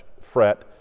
fret